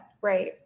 Right